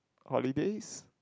holidays